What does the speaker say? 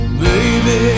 baby